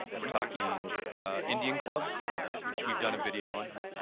we're talking indian clubs which we've done a video on.